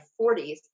40s